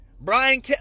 Brian